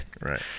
Right